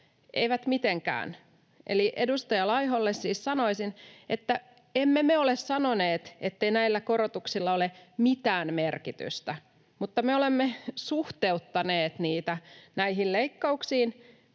Eivät mitenkään. Eli edustaja Laiholle siis sanoisin, että emme me ole sanoneet, ettei näillä korotuksilla ole mitään merkitystä, mutta me olemme suhteuttaneet niitä näihin leikkauksiin